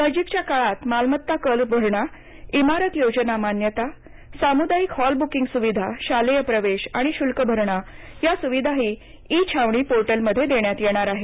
नजीकच्या काळात मालमत्ता कर भरणा इमारत योजना मान्यता सामुदायिक हॉल बुकिंग सुविधा शालेय प्रवेश आणि शुल्क भरणा या सुविधाही ई छावनी पोर्टलमध्ये देण्यात येणार आहेत